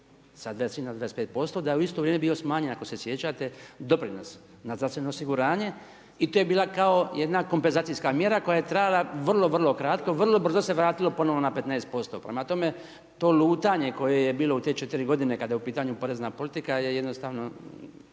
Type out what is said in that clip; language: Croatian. na 25% da je u isto vrijeme bio smanjen, ako se sjećate doprinos na zdravstveno osiguranje i to je bila kao jedna kompezacijska mjera koja je trajala vrlo kratko. Vrlo brzo se vratilo ponovo na 15%. Prema tome, to lutanje koje je bilo u te 4 godine kada je u pitanju porezna politika je jednostavno